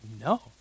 No